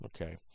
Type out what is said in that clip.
okay